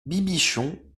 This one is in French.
bibichon